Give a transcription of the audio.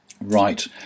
Right